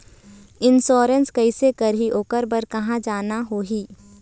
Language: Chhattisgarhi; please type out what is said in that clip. इंश्योरेंस कैसे करही, ओकर बर कहा जाना होही?